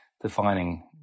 defining